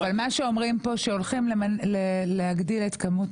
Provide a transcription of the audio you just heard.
מה שאומרים פה זה שהולכים להגדיל את כמות